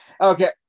Okay